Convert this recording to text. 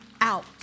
out